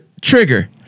trigger